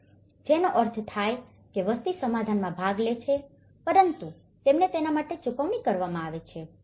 તેથી જેનો અર્થ થાય છે કે વસ્તી સમાધાનમાં ભાગ લે છે પરંતુ તેમને તેના માટે ચૂકવણી કરવામાં આવે છે